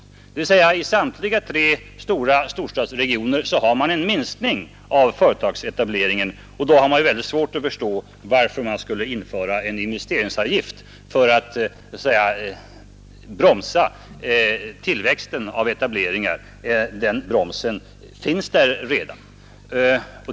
I samtliga tre storstadsregioner har alltså företagsetableringarna minskat. Då är det svårt att förstå varför man skulle införa en investeringsavgift för att bromsa tillväxten av etableringar. Den bromsen finns där redan.